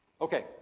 Okay